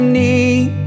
need